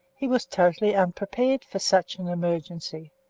he was totally unprepared for such an emergency.